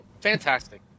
Fantastic